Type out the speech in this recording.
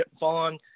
on